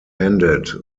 ended